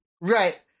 Right